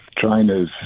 China's